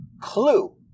clue